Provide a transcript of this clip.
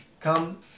come